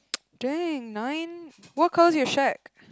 dang nine what colour is your shirt